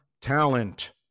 talent